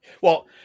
Well-